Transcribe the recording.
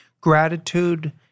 gratitude